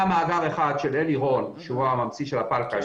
היה מאגר אחד של אלי רון ממציא הפלקל,